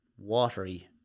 Watery